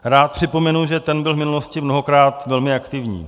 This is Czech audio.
Rád připomenu, že ten byl v minulosti mnohokrát velmi aktivní.